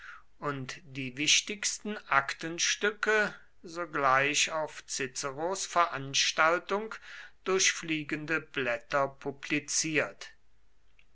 und die wichtigsten aktenstücke sogleich auf ciceros veranstaltung durch fliegende blätter publiziert